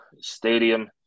Stadium